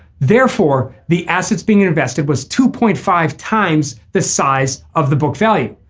therefore the assets being invested was two point five times the size of the book value.